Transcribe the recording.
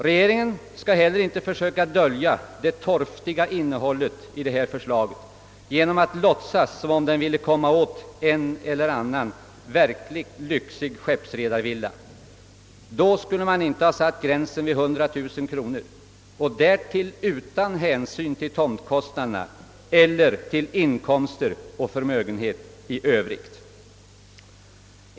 Regeringen skall heller inte försöka dölja det torftiga innehållet i detta förslag genom att låtsas som om man vill komma åt en eller annan verkligt lyxig skeppsredarvilla. Då skulle man inte ha satt gränsen vid 100 000 kronor — och till på köpet utan att ta hänsyn till tomtkostnaden eller till inkomst och förmögenhet i övrigt.